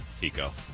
Tico